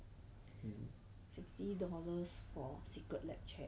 mm